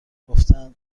گفتند